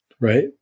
right